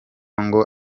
ngo